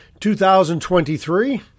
2023